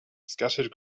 scattered